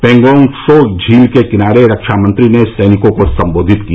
पेंगोंग सो झील के किनारे रक्षा मंत्री ने सैनिकों को सम्बोधित किया